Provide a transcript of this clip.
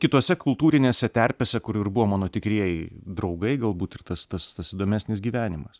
kitose kultūrinėse terpėse kur ir buvo mano tikrieji draugai galbūt ir tas tas tas įdomesnis gyvenimas